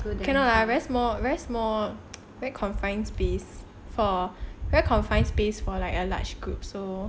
cannot lah very small very small very confined space for very confined space for like a large group so